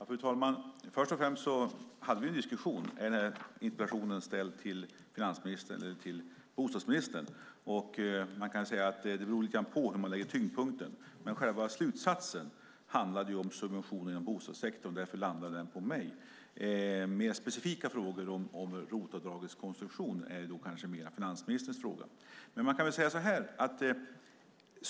Fru talman! Först och främst ska jag säga att vi hade en diskussion om att interpellationen är ställd till finansministern men besvaras av bostadsministern. Det hela beror lite på var man lägger tyngdpunkten, men själva slutsatsen handlar ju om subventioner i bostadssektorn och därför hamnade interpellationen hos mig. Mer specifika frågor om ROT-avdragets konstruktion är finansministerns bord.